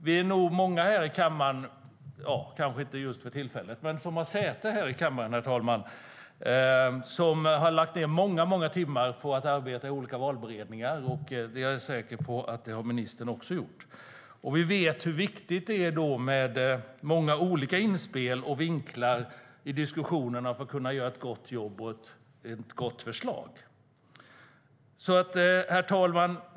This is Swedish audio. Vi är nog många här i kammaren - kanske inte för tillfället, men som har säte här - som har lagt ned många timmar på att arbeta i olika valberedningar, och jag är säker på att ministern också har gjort det. Vi vet därför hur viktigt det är med många olika inspel och vinklar i diskussionerna för att kunna göra ett gott arbete och lämna bra förslag. Herr talman!